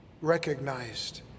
recognized